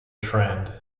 trend